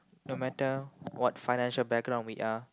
no matter what financial background we are